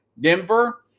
Denver